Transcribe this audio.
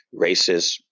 racist